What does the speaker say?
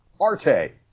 Arte